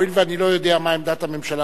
הואיל ואני לא יודע מה עמדת הממשלה,